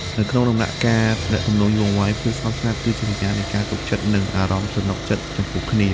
នៅក្នុងដំណាក់កាលទំនាក់ទំនងយូរអង្វែង ភាពស្ងប់ស្ងាត់គឺជាសញ្ញានៃការទុកចិត្ត និងអារម្មណ៍ស្រណុកចិត្តចំពោះគ្នា។